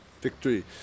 victory